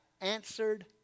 answered